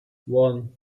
one